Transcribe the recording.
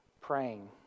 praying